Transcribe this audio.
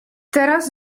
teraz